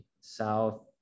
South